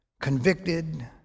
convicted